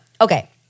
Okay